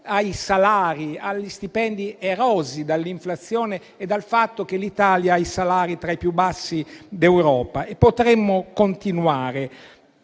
ai salari, agli stipendi erosi dall'inflazione, al fatto che l'Italia ha i salari tra i più bassi d'Europa, e potremmo continuare.